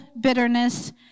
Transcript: bitterness